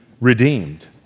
redeemed